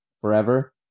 Forever